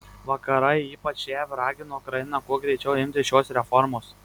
vakarai ypač jav ragino ukrainą kuo greičiau imtis šios reformos